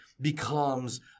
becomes